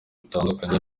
bitandukanye